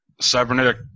cybernetic